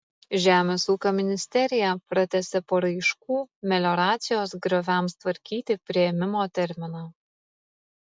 žemės ūkio ministerija pratęsė paraiškų melioracijos grioviams tvarkyti priėmimo terminą